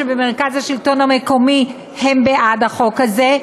שבמרכז השלטון המקומי הם בעד החוק הזה.